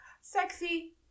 Sexy